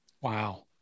wow